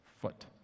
foot